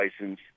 license